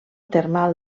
termal